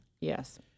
Yes